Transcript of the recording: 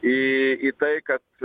į į tai kad